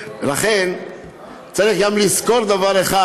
לכן צריך גם לזכור דבר אחד,